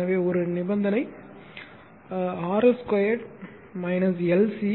எனவே ஒரு நிபந்தனை RL2 L C